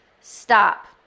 stop